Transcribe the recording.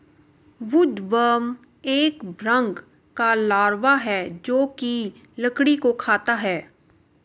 woodworm एक भृंग का लार्वा है जो की लकड़ी को खाता है